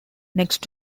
next